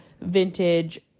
vintage